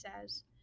says